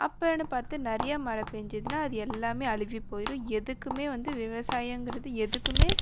அப்போன்னு பார்த்து நிறையா மழை பெஞ்சிதுனா அது எல்லாமே அழுகி போயிடும் எதுக்குமே வந்து விவசாயோங்கிறது எதுக்குமே